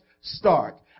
start